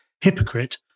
hypocrite